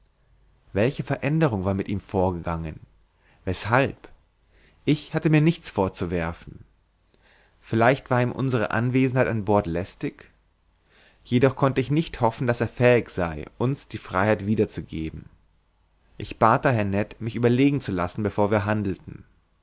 welche veränderung war mit ihm vorgegangen weshalb ich hatte mir nichts vorzuwerfen vielleicht war ihm unsere anwesenheit an bord lästig jedoch konnte ich nicht hoffen daß er fähig sei uns die freiheit wieder zu geben ich bat daher ned mich überlegen zu lassen bevor wir handelten